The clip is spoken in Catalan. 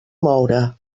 moure